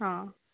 ହଁ